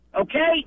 okay